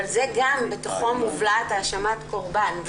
אבל גם בתוכה מובלעת האשמת קורבן.